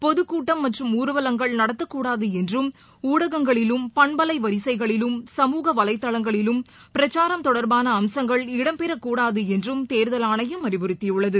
பொதுக்கூட்டம் மற்றும் ஊர்வலங்கள் நடத்தக்கூடாதுஎன்றும் ஊடகங்களிலும் பன்பலைவரிசைகளிலும் சமூக வலைதளங்களிலும் பிரச்சாரம் தொடர்பானஅம்சங்கள் இடம்பெறக்கூடாதுஎன்றும் தேர்தல் ஆனையம் அறிவுறுத்தியுள்ளது